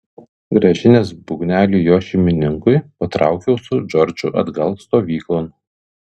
grąžinęs būgnelį jo šeimininkui patraukiau su džordžu atgal stovyklon